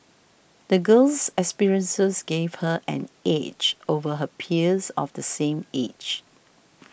the girl's experiences gave her an edge over her peers of the same age